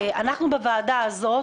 בוועדה הזו,